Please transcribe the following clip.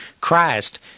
Christ